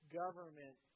government